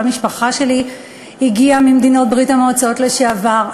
כל המשפחה שלי הגיעה ממדינות ברית-המועצות לשעבר,